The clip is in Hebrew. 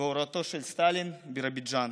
בהוראתו של סטלין בבירוביג'ן.